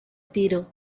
tiro